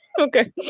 Okay